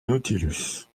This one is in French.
nautilus